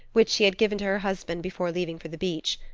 which she had given to her husband before leaving for the beach.